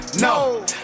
No